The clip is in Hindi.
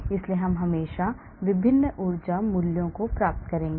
इसलिए हम हमेशा विभिन्न energy values को प्राप्त करेंगे